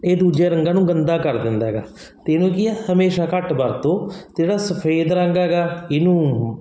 ਇਹ ਦੂਜੇ ਰੰਗਾਂ ਨੂੰ ਗੰਦਾ ਕਰ ਦਿੰਦਾ ਹੈਗਾ ਅਤੇ ਇਹਨੂੰ ਕੀ ਆ ਹਮੇਸ਼ਾ ਘੱਟ ਵਰਤੋ ਅਤੇ ਜਿਹੜਾ ਸਫੇਦ ਰੰਗ ਹੈਗਾ ਇਹਨੂੰ